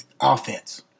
offense